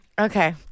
Okay